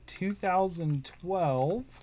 2012